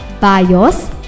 BIOS